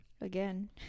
Again